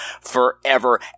forever